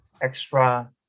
extra